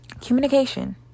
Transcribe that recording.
Communication